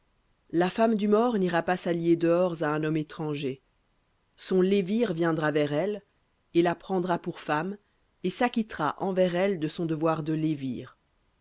la femme du mort n'ira pas s'allier dehors à un homme étranger son lévir viendra vers elle et la prendra pour femme et s'acquittera envers elle de son devoir de lévir et